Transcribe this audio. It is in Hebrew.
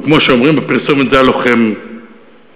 או כמו שאומרים בפרסומת, זה הלוחם שלנו.